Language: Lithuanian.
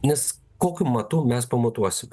nes kokiu matu mes pamatuosime